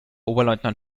oberleutnant